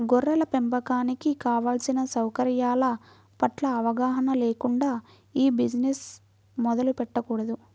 గొర్రెల పెంపకానికి కావలసిన సౌకర్యాల పట్ల అవగాహన లేకుండా ఈ బిజినెస్ మొదలు పెట్టకూడదు